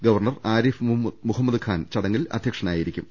governor Arif Muhammad Khan ചടങ്ങിൽ അധ്യക്ഷനായിരിക്കും